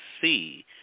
see